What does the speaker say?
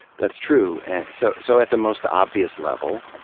that's true. and so so at the most obvious level,